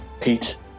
Pete